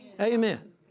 Amen